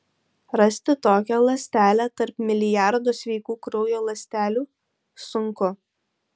rasti tokią ląstelę tarp milijardų sveikų kraujo ląstelių sunku